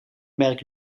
merk